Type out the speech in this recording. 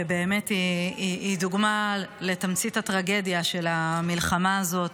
שבאמת היא דוגמה לתמצית הטרגדיה של המלחמה הזאת: